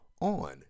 on